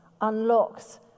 unlocks